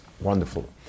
wonderful